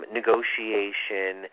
negotiation